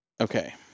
okay